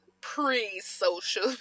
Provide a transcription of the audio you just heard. pre-social